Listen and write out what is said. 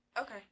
Okay